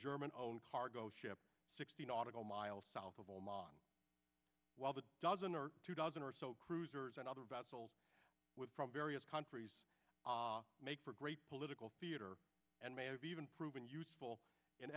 german own cargo ship sixty nautical miles south of oman while the dozen or two dozen or so cruisers and other about souls with from various countries make for great political theater and may have even proven useful in